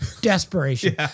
Desperation